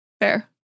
Fair